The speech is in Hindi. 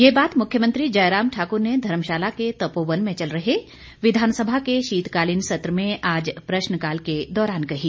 यह बात मुख्यमंत्री जयराम ठाकुर ने धर्मशाला के तपोवन में चल रहे विधानसभा के शीतकालीन सत्र में आज प्रश्नकाल के दौरान कही